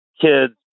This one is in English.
kids